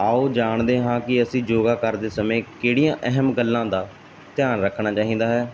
ਆਓ ਜਾਣਦੇ ਹਾਂ ਕਿ ਅਸੀਂ ਯੋਗਾ ਕਰਦੇ ਸਮੇਂ ਕਿਹੜੀਆਂ ਅਹਿਮ ਗੱਲਾਂ ਦਾ ਧਿਆਨ ਰੱਖਣਾ ਚਾਹੀਦਾ ਹੈ